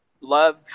love